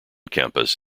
campus